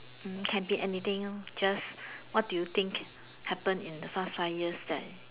hmm can be anything ah just what do you think happen in the past five years that